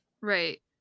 Right